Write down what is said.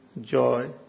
joy